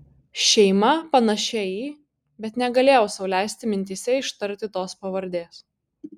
šeima panašia į bet negalėjau sau leisti mintyse ištarti tos pavardės